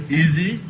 easy